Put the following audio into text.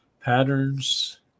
patterns